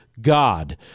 God